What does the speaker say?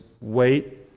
wait